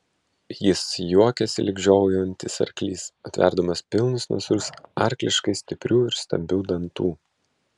jis juokėsi lyg žiovaujantis arklys atverdamas pilnus nasrus arkliškai stiprių ir stambių dantų